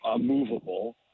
movable